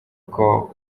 uko